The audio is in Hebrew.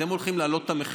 אתם הולכים להעלות את המחיר,